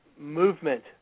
movement